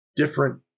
Different